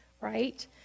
right